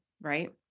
right